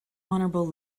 honorable